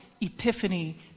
Epiphany